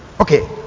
Okay